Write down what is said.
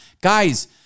Guys